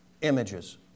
Images